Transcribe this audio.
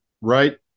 Right